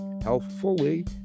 healthfully